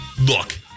Look